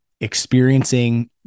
experiencing